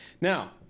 Now